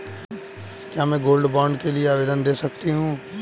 क्या मैं gold bond के लिए आवेदन दे सकती हूँ?